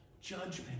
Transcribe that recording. judgment